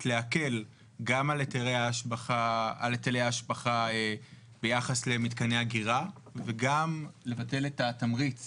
להקל גם על היטלי ההשבחה ביחס למתקני האגירה וגם לבטל את התמריץ